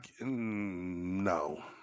no